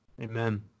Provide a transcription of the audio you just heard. Amen